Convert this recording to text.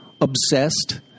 obsessed